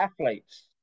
athletes